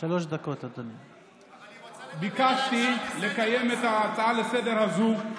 אנחנו עוברים לנושא הבא על סדר-היום,